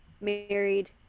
married